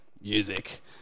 music